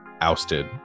ousted